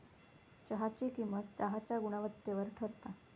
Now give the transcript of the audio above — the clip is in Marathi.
चहाची किंमत चहाच्या गुणवत्तेवर ठरता